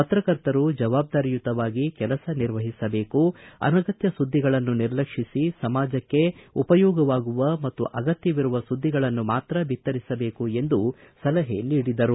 ಪ್ರತ್ರಕರ್ತರು ಜವಾಬ್ದಾರಿಯುತವಾಗಿ ಕೆಲಸ ನಿರ್ವಹಿಸಬೇಕು ಅನಗತ್ಯ ಸುದ್ದಿಗಳನ್ನು ನಿರ್ಲಕ್ಷಿಸಿ ಸಮಾಜಕ್ಕೆ ಉಪಯೋಗವಾಗುವ ಮತ್ತು ಅಗತ್ಯವಿರುವ ಸುದ್ದಿಗಳನ್ನು ಮಾತ್ರ ಬಿತ್ತರಿಸಬೇಕು ಎಂದು ಸಲಹೆ ನೀಡಿದರು